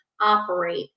operate